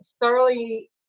thoroughly